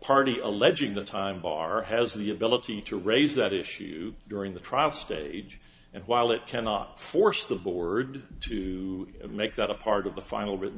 party alleging the time bar has the ability to raise that issue during the trial stage and while it cannot force the foreword to make that a part of the final written